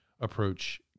approach